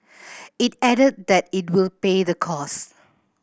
it added that it will pay the costs